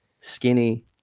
skinny